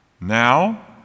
Now